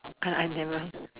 I I never